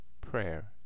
Prayer